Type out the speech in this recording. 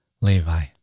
Levi